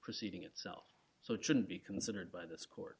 proceeding itself so it shouldn't be considered by this